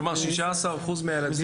כלומר, 16% מהילדים בכלל לא במסגרות.